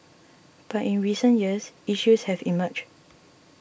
but in recent years issues have emerged